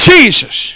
Jesus